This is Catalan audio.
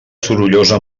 sorollosa